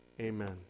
Amen